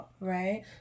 Right